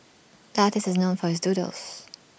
the artist is known for his doodles